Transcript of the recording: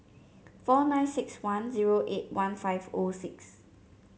four nine six one zero eight one five O six